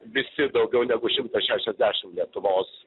visi daugiau negu šimtas šešiasdešim lietuvos